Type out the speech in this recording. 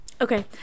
okay